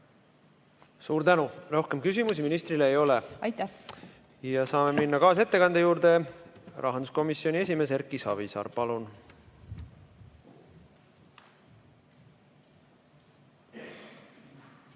Suur tänu! Rohkem küsimusi ministrile ei ole. Saame minna kaasettekande juurde. Rahanduskomisjoni esimees Erki Savisaar, palun!